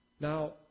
Now